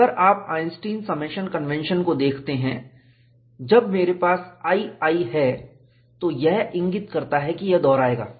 अगर आप Einstein summation convention को देखते हैं जब मेरे पास i i है तो यह इंगित करता है कि यह दोहराएगा